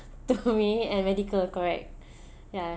to me and medical correct ya